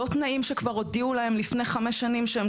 לא תנאים שכבר הודיעו להם לפני חמש שנים שהם